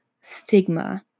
stigma